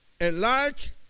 Enlarge